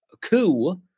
coup